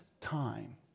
time